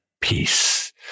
peace